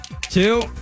Two